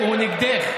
הוא נגדך.